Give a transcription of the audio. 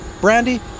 Brandy